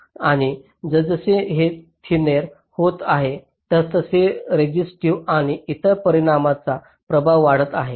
आणि जसजसे ते थिनेर होत आहेत तसतसे रेझिस्टिव्ह आणि इतर परिणामांचा प्रभाव वाढत आहे